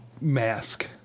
mask